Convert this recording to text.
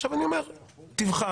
עכשיו אני אומר: תבחר.